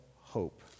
hope